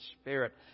Spirit